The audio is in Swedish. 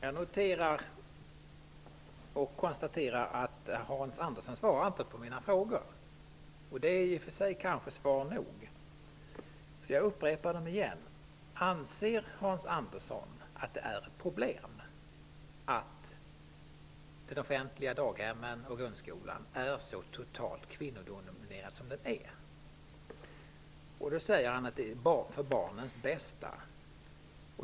Fru talman! Jag noterar att Hans Andersson inte svarade på mina frågor. Det är kanske i och för sig svar nog. Jag upprepar mina frågor igen. Anser Hans Andersson att det är ett problem att de offentliga daghemmen och grundskolan är så totalt kvinnodominerade som är fallet? Hans Andersson svarar att det är för barnens bästa.